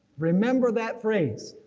remember that phrase,